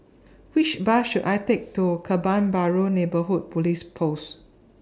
Which Bus should I Take to Kebun Baru Neighbourhood Police Post